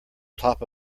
top